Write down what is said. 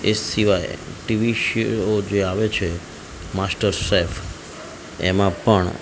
એ સિવાય TV show જે આવે છે માસ્ટર શેફ એમાં પણ